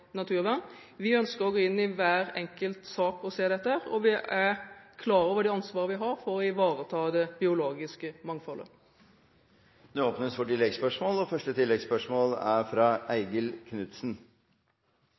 naturvern. Vi ønsker å gå inn i hver enkelt sak og se dette. Vi er klar over det ansvaret vi har for å ivareta det biologiske mangfoldet. Det blir ett oppfølgingsspørsmål – fra Eigil Knutsen. Det er